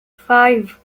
five